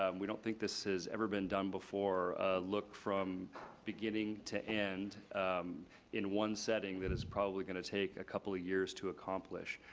um we don't think this has ever been done before, a look from beginning to end in one setting that is probably gonna take a couple of years to accomplish.